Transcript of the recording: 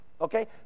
okay